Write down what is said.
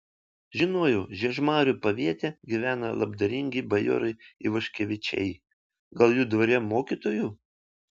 žinojau žiežmarių paviete gyvena labdaringi bajorai ivaškevičiai gal jų dvare mokytoju